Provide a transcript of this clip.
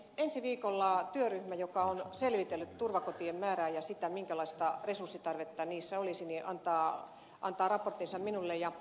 ensi viikolla työryhmä joka on selvitellyt turvakotien määrää ja sitä minkälaista resurssitarvetta niissä olisi antaa raporttinsa minulle